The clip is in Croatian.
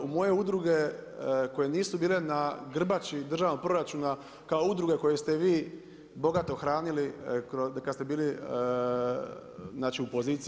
U moje udruge koje nisu bile na grbači državnog proračuna, kao udruge koje ste vi bogato hranili, kad ste bili u poziciji.